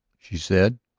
she said.